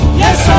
yes